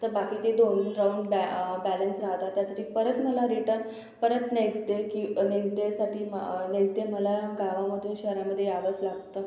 तर बाकीचे दोन्ही राऊंड बॅ बॅलन्स राहतात त्यासाठी परत मला रिटन परत नेक्स डे की नेक्स डेसाठी नेक्स डे मला गावामधून शहरामध्ये यावंच लागतं